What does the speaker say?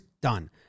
Done